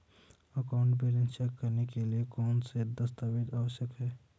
Account balance check करने के लिए कौनसे दस्तावेज़ आवश्यक हैं?